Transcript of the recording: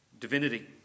Divinity